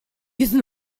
use